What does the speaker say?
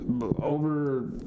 over